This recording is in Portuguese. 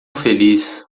feliz